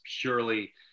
purely